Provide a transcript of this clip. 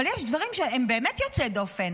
אבל יש דברים שהם באמת יוצאי דופן.